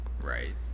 Right